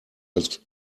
als